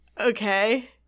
Okay